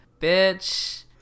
bitch